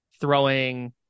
throwing